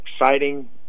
exciting